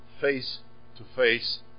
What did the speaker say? face-to-face